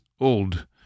old